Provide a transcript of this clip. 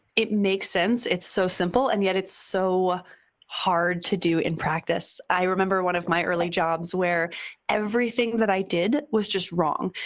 it makes sense. it's so simple, and yet it's so hard to do in practice. i remember one of my early jobs where everything that i did was just wrong.